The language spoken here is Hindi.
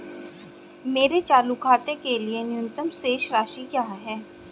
मेरे चालू खाते के लिए न्यूनतम शेष राशि क्या है?